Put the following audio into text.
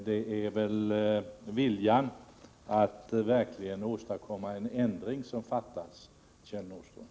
Det är väl viljan att verkligen åstadkomma en ändring som fattas, Kjell Nordström.